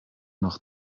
noch